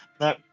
No